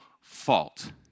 fault